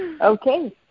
Okay